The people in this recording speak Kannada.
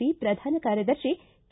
ಸಿ ಪ್ರಧಾನ ಕಾರ್ಯದರ್ಶಿ ಕೆ